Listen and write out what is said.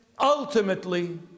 ultimately